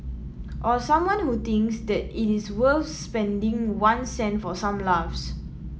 or someone who thinks that it is worth spending one cent for some laughs